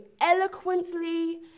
eloquently